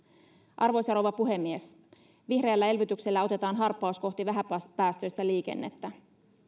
arvoisa rouva puhemies vihreällä elvytyksellä otetaan harppaus kohti vähäpäästöistä liikennettä